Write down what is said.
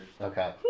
Okay